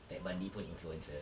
ted bundy pun influencer